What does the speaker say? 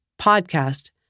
podcast